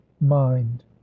mind